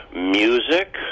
music